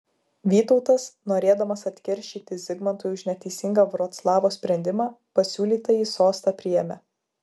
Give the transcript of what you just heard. vytautas norėdamas atkeršyti zigmantui už neteisingą vroclavo sprendimą pasiūlytąjį sostą priėmė